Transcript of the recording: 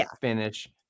finish